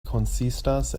konsistas